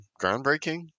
groundbreaking